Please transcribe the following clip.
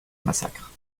massacre